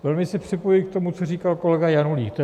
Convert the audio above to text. Velmi se připojuji k tomu, co říkal kolega Janulík.